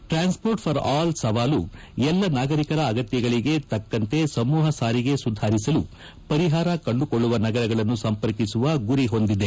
transport for all ಸವಾಲು ಎಲ್ಲಾ ನಾಗರಿಕರ ಅಗತ್ಯಗಳಿಗೆ ತಕ್ಕಂತೆ ಸಮೂಪ ಸಾರಿಗೆ ಸುಧಾರಿಸಲು ಪರಿಹಾರ ಕಂಡುಕೊಳ್ಳುವ ನಗರಗಳನ್ನು ಸಂಪರ್ಕಿಸುವ ಗುರಿ ಹೊಂದಿದೆ